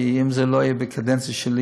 כי אם זה לא יהיה בקדנציה שלי,